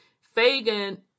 Fagan